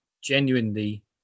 genuinely